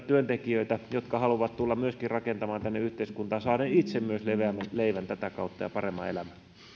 työntekijöitä jotka haluavat tulla myöskin rakentamaan tänne yhteiskuntaa saaden itse myös leveämmän leivän tätä kautta ja paremman elämän